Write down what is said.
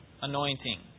anointing